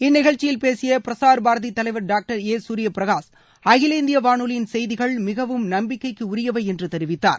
இந்நிகழ்ச்சியில் பேசிய பிரசார் பாரதி தலைவர் டாக்டர் ஏ ஞரிய பிரகாஷ் அகில இந்திய வானொலியின் செய்திகள் மிகவும் நம்பிக்கைக்கு உரியவை என்று தெரிவித்தார்